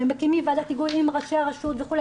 מקימים ועדת היגוי עם ראשי הרשות וכולי,